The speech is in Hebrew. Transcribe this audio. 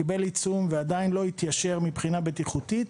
קיבל עיצום ועדין לא התיישר מבחינה בטיחותית,